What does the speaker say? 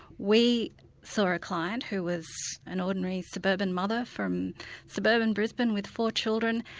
we saw a client who was an ordinary suburban mother from suburban brisbane, with four children,